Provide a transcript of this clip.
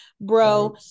bro